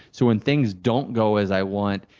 so, when things don't go as i want,